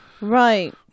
Right